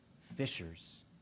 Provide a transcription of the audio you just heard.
fishers